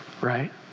Right